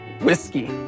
whiskey